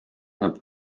näeb